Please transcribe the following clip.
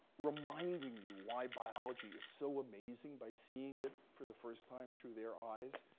reminding you why biology is so amazing by seeing it for the first time through their eyes,